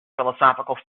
philosophical